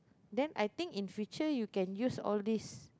then I think in future you can use all this